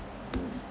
oo